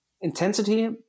intensity